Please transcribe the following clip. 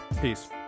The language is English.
Peace